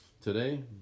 Today